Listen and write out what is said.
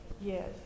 Yes